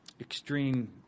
Extreme